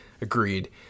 Agreed